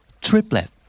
Triplet